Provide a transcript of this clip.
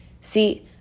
See